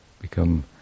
become